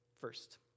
First